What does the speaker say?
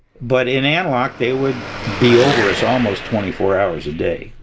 but in an loc, they would be over us almost twenty four hours a day.